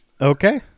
Okay